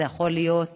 זה יכול להיות